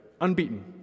unbeaten